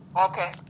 Okay